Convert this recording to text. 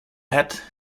hat